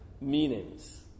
meanings